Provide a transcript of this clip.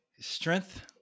Strength